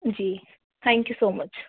G thank you so much